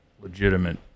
legitimate